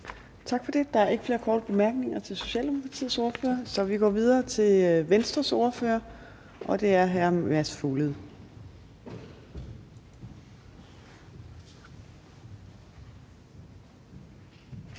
Tak for det. Der er ikke flere korte bemærkninger til Socialdemokratiets ordfører, så vi går videre til Venstres ordfører, og det er hr. Mads Fuglede.